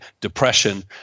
depression